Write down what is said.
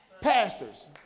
pastors